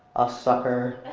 a sucker.